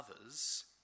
others